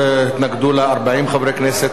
התנגדו לה 40 חברי כנסת,